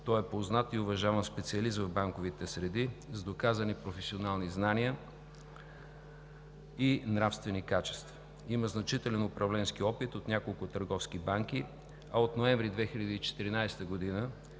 Той е познат и уважаван специалист в банковите среди с доказани професионални знания и нравствени качества. Има значителен управленски опит от няколко търговски банки. От ноември 2014 г.